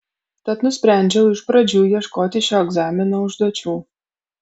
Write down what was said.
tad nusprendžiau iš pradžių ieškoti šio egzamino užduočių